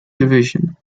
division